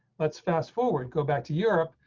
let's fast forward. go back to europe,